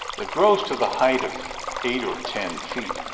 that grows to the height of eight or ten feet,